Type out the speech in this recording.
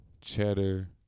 cheddar